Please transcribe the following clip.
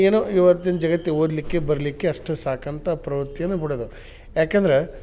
ಏನೋ ಇವತ್ತಿನ ಜಗತ್ತಿಗೆ ಓದಲಿಕ್ಕೆ ಬರಿಲಿಕ್ಕೆ ಅಷ್ಟೇ ಸಾಕು ಅಂತ ಪ್ರವೃತ್ತಿಯನ್ನು ಬಿಡದು ಏಕೆಂದ್ರೆ